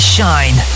Shine